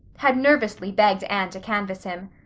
had nervously begged anne to canvass him.